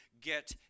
get